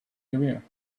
career